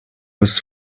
was